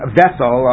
vessel